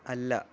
അല്ല